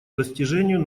достижению